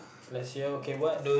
last year okay what